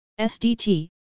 SDT